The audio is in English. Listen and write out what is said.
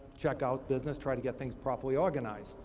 check out business, try to get things properly organized.